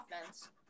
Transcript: offense